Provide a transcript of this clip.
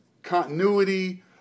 continuity